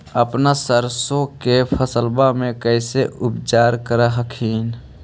अपन सरसो के फसल्बा मे कैसे उपचार कर हखिन?